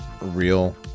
real